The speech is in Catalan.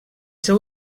seu